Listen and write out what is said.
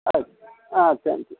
ಆಯ್ತು thank you